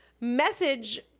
message